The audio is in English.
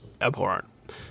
abhorrent